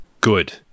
Good